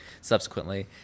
subsequently